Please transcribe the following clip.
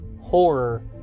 horror